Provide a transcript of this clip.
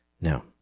No